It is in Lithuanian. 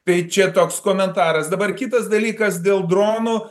tai čia toks komentaras dabar kitas dalykas dėl dronų